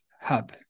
Hub